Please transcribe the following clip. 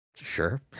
sure